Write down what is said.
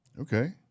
Okay